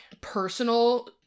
personal